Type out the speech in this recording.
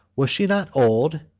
was she not old?